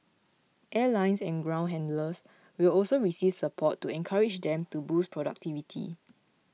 airlines and ground handlers will also receive support to encourage them to boost productivity